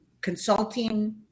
consulting